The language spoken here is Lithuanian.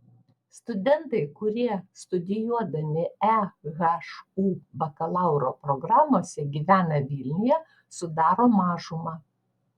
studentai kurie studijuodami ehu bakalauro programose gyvena vilniuje sudaro mažumą